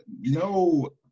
no